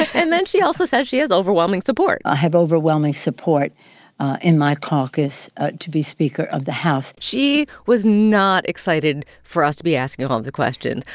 and then she also says she has overwhelming support i ah have overwhelming support in my caucus ah to be speaker of the house she was not excited for us to be asking all of the questions.